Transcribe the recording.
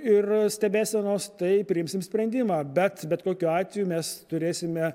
ir stebėsenos tai priimsim sprendimą bet bet kokiu atveju mes turėsime